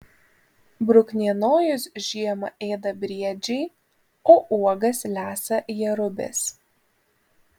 bruknienojus žiemą ėda briedžiai o uogas lesa jerubės